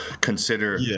consider